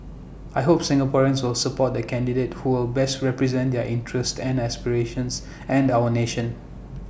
I hope Singaporeans will support the candidate who will best represent their interests and aspirations and our nation